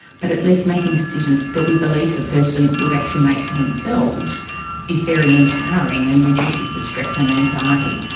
but at least making decisions that we believe the person would actually make for themselves is very empowering and reduces the stress and anxiety.